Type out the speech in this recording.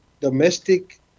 domestic